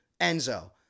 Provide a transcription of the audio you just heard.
Enzo